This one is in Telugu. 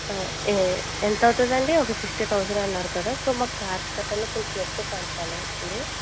ఆ ఎ ఎంత అవుతుంది అండి ఒక సిక్స్టీ థౌసండ్ అన్నారు కదా సో మాకు కార్స్ గట్ట అన్నీ కొంచెం ఎక్కువ పంపాలండి